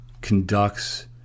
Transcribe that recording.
conducts